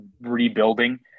rebuilding